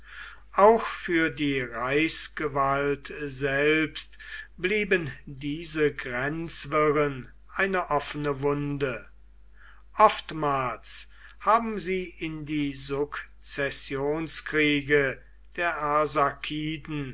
auch für die reichsgewalt selbst blieben diese grenzwirren eine offene wunde oftmals haben sie in die sukzessionskriege der